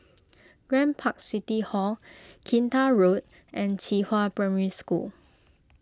Grand Park City Hall Kinta Road and Qihua Primary School